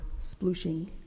splooshing